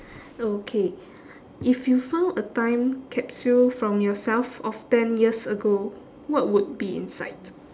okay if you found a time capsule from yourself of ten years ago what would be inside